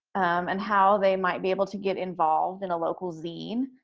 and how they might be able to get involved in a local zine.